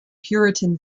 puritan